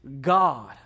God